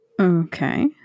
okay